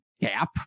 gap